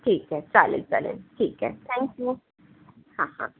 ठीक आहे चालेल चालेल ठीक आहे थँक्यू हा हा